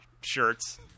shirts